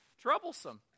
troublesome